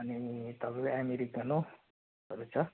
अनि तपाईँको अमेरिकेनोहरू छ